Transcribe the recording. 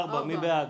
2 מי בעד,